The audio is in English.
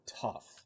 tough